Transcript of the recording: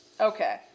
Okay